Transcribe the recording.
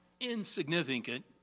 insignificant